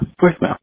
voicemail